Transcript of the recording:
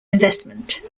investment